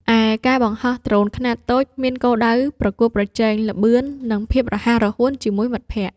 ឯការបង្ហោះដ្រូនខ្នាតតូចមានគោលដៅប្រកួតប្រជែងល្បឿន និងភាពរហ័សរហួនជាមួយមិត្តភក្តិ។